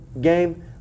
game